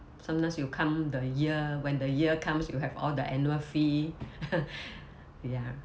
sometimes you come the year when the year comes you have all the annual fee ya